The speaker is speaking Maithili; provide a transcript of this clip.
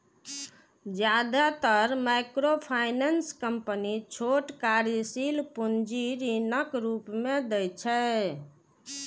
जादेतर माइक्रोफाइनेंस कंपनी छोट कार्यशील पूंजी ऋणक रूप मे दै छै